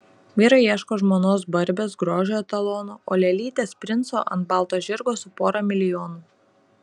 vyrai ieško žmonos barbės grožio etalono o lėlytės princo ant balto žirgo su pora milijonų